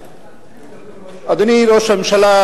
אדוני ראש הממשלה,